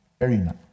arena